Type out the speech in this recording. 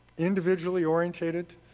individually-orientated